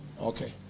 Okay